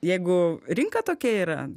jeigu rinka tokia yra